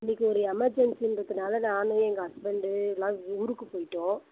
இன்றைக்கி ஒரு எமெர்ஜென்சின்றதினால நான் எங்கள் ஹஸ்பண்டு எல்லாம் ஊருக்கு போயிட்டோம்